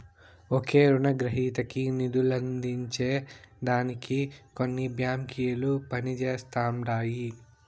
ఒకే రునగ్రహీతకి నిదులందించే దానికి కొన్ని బాంకిలు పనిజేస్తండాయి